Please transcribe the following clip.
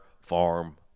Farm